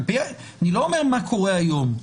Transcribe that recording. אני לא אומר מה קורה היום.